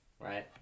right